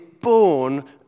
born